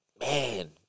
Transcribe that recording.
Man